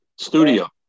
Studio